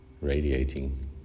radiating